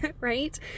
right